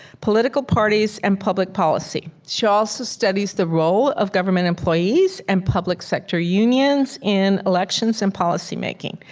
political parties, and public policy. she also studies the role of government employees and public sector unions in elections and policy making.